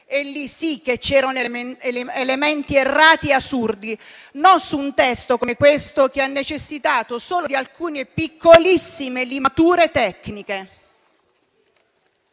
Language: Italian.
casi sì che c'erano elementi errati assurdi, e non in un testo come questo che ha necessitato solo di alcune piccolissime limature tecniche.